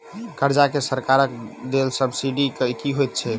कर्जा मे सरकारक देल सब्सिडी की होइत छैक?